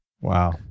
Wow